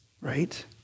Right